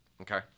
Okay